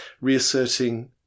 Reasserting